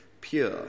pure